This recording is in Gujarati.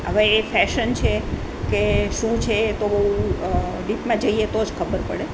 હવે એ ફેશન છે કે શું છે એ તો ડીપમાં જઈએ તો જ ખબર પડે